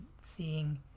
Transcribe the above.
seeing